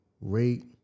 rate